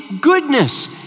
goodness